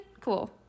Cool